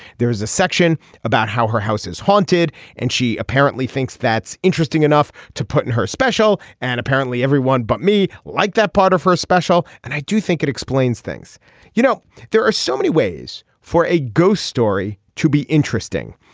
there is a section about how her house is haunted and she apparently thinks that's interesting enough to put in her special and apparently everyone but me like that part of her is special and i do think it explains things you know there are so many ways for a ghost story to be interesting.